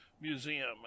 Museum